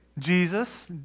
Jesus